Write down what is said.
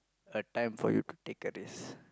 a time for you to take a risk